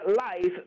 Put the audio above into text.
life